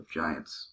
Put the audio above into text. giants